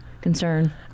concern